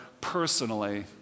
personally